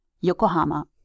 Yokohama